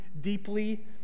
deeply